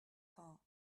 car